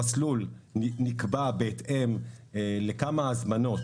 המסלול נקבע בהתאם לכמה הזמנות,